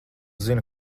zina